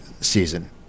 season